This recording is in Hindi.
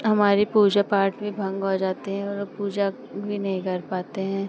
हमारी पूजा पाठ भी भंग हो जाती है वे लोग पूजा भी नहीं कर पाते हैं